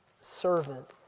servant